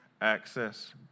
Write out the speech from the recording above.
access